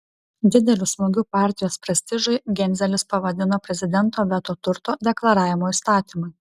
dideliu smūgiu partijos prestižui genzelis pavadino prezidento veto turto deklaravimo įstatymui